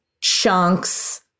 chunks